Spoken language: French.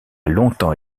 longtemps